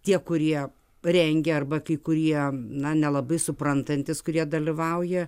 tie kurie rengia arba kai kurie na nelabai suprantantys kurie dalyvauja